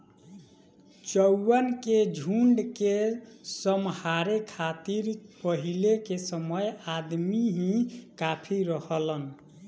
चउवन के झुंड के सम्हारे खातिर पहिले के समय अदमी ही काफी रहलन